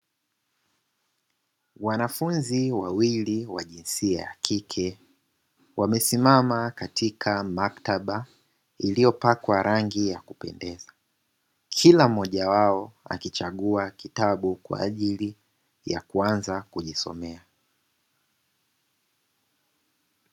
Wanafunzi wawili wa jinsia ya kike wamesimama katika maktaba iliyopakwa rangi ya kupendeza, kila mmoja wao akichagua kitabu kwa ajili ya kuanza kujisomea.